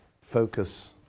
focus